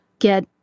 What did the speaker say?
get